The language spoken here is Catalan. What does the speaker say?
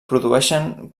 produeixen